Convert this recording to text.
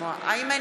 איימן